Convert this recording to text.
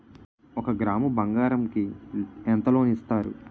ఒక గ్రాము బంగారం కి ఎంత లోన్ ఇస్తారు?